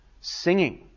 singing